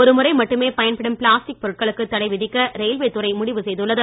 ஒருமுறை மட்டுமே பயன்படும் பிளாஸ்டிக் பொருட்களுக்கு தடை விதிக்க ரயில்வேதுறை முடிவு செய்துள்ளது